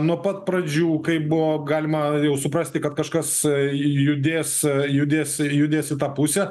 nuo pat pradžių kaip buvo galima jau suprasti kad kažkas judės judes judes į tą pusę